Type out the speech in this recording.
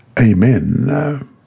Amen